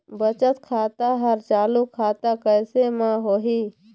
बचत खाता हर चालू खाता कैसे म होही?